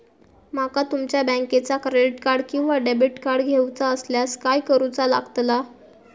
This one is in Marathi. माका तुमच्या बँकेचा क्रेडिट कार्ड किंवा डेबिट कार्ड घेऊचा असल्यास काय करूचा लागताला?